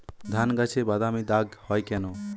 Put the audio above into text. ধানগাছে বাদামী দাগ হয় কেন?